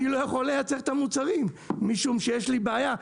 אני לא יכול לייצר את המוצרים משום שיש לי בעיה,